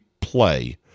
play